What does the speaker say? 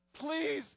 Please